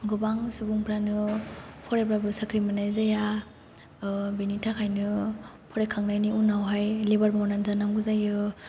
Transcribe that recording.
गोबां सुबुंफ्रानो फरायबाबो साख्रि मोननाय जाया बिनि थाखायनो फरायखांनायनि उनावहाय लेबार मावनानै जानांगौ जायो